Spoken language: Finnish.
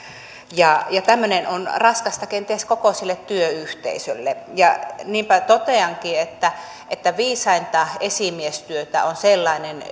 ja ja tämmöinen on raskasta kenties koko sille työyhteisölle niinpä toteankin että että viisainta esimiestyötä on sellainen